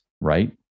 right